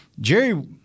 Jerry